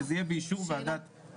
שזה יהיה באישור ועדת הבריאות.